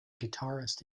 guitarist